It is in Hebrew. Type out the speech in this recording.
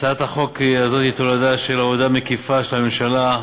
הצעת החוק הזאת היא תולדה מקיפה של הממשלה,